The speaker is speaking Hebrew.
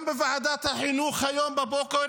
גם בוועדת החינוך היום בבוקר